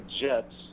Jets